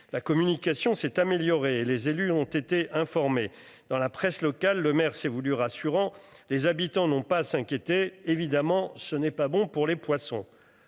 la communication s'est améliorée, les élus ont été informés dans la presse locale, le maire s'est voulu rassurant, les habitants n'ont pas à s'inquiéter. Évidemment ce n'est pas bon pour les poissons